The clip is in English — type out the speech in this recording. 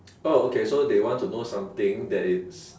oh okay so they want to know something that is